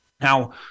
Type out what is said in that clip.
Now